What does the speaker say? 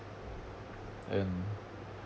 and